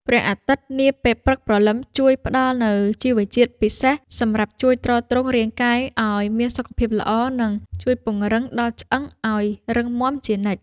ពន្លឺព្រះអាទិត្យនាពេលព្រឹកព្រលឹមជួយផ្ដល់នូវជីវជាតិពិសេសសម្រាប់ជួយទ្រទ្រង់រាងកាយឱ្យមានសុខភាពល្អ និង ជួយពង្រឹងដល់ឆ្អឹងឱ្យរឹងមាំជានិច្ច។